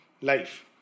life